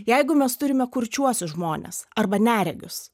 jeigu mes turime kurčiuosius žmones arba neregius